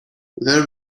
there